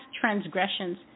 transgressions